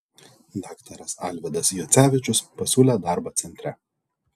daktaras alvydas juocevičius pasiūlė darbą centre